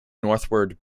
northward